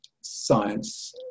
science